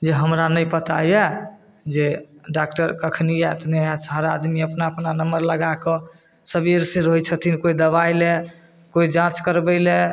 जे हमरा नहि पता यऽ जे डॉक्टर कखन आएत नहि आएत हर आदमी अपना अपना नम्बर लगाकऽ सबेर से रहै छथिन कोइ दवाइलए कोइ जाँच करबैलए